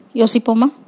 yosipoma